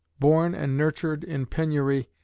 born and nurtured in penury,